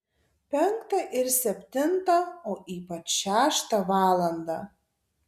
penktą ir septintą o ypač šeštą valandą